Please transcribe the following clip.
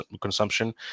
consumption